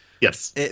Yes